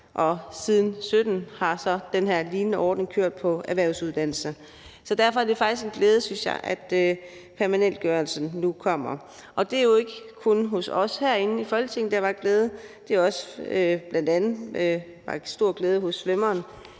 og siden 2017 har den her lignende ordning så kørt på erhvervsuddannelser. Så derfor synes jeg faktisk, det er en glæde, at permanentgørelsen nu kommer, og det er jo ikke kun hos os herinde i Folketinget, det har vakt glæde, men det har bl.a. også vakt stor glæde hos svømmeren